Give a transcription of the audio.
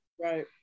Right